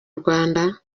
rwanda